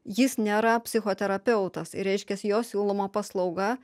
jis nėra psichoterapeutas ir reiškias jo siūloma paslauga